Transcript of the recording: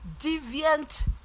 deviant